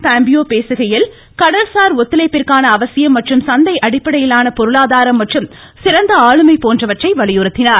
Pompeo பேசுகையில் கடல்சார் ஒத்துழைப்பிற்கான அவசியம் மற்றும் சந்தை அடிப்படையிலான பொருளாதாரம் மற்றும் சிறந்த ஆளுமை போன்றவற்றை வலியுறுத்தினார்